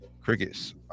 crickets